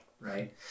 Right